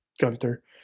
Gunther